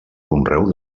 conreu